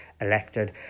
elected